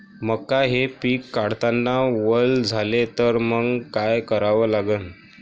मका हे पिक काढतांना वल झाले तर मंग काय करावं लागन?